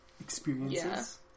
experiences